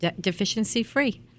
deficiency-free